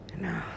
no